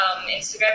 Instagram